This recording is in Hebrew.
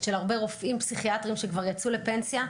של הרבה רופאים פסיכיאטרים שכבר יצאו לפנסיה,